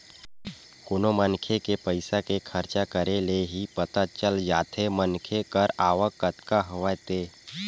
कोनो मनखे के पइसा के खरचा करे ले ही पता चल जाथे मनखे कर आवक कतका हवय ते